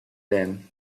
them